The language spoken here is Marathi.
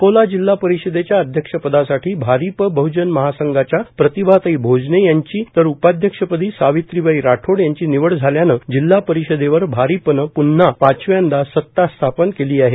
अकोला जिल्हा परिषदेच्या अध्यक्ष पदासाठी भारिप बहजन महासंघाच्या प्रतिभाताई भोजने यांची तर उपाध्यक्षपदि सावित्रीबाई राठोड यांची निवड झाल्यानं जिल्हा परिषदेवर भारिपनं प्न्हा पाचव्यांदा सत्ता स्थापन केली आहे